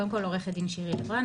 קודם כל אני עו"ד שירי לב-רן,